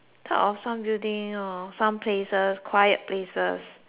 building or some places quiet places ya then